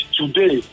today